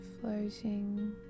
floating